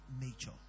nature